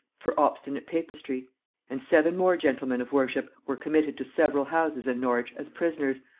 for obstinate papistry and seven more gentlemen of worship were committed to several houses in norwich as prisoners.